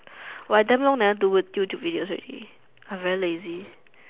!wah! I damn long never do YouTube videos already I very lazy